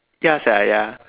ya sia ya